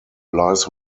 lies